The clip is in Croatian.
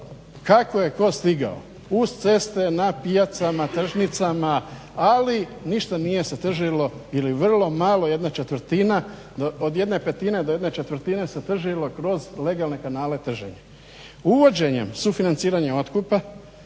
kako je tko stigao, uz ceste, na pijacama, na tržnicama ali ništa se nije tržilo ili vrlo malo jedna četvrtina, od jedne petine do jedne četvrtine se tržilo kroz legalne kanale trženja. Uvođenjem sufinanciranja otkupa